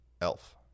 Elf